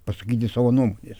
pasakyti savo nuomonės